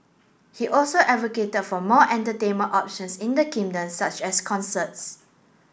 he also advocated for more entertainment options in the kingdom such as concerts